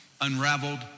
unraveled